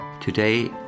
Today